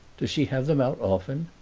does she have them out often?